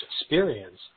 experience